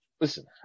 Listen